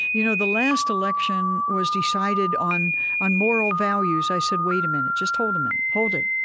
you know, the last election was decided on on moral values. i said, wait a minute. just hold a minute. hold it.